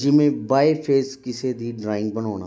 ਜਿਵੇਂ by face ਕਿਸੇ ਦੀ ਡਰਾਇੰਗ ਬਣਾਉਣਾ